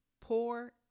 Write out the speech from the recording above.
pour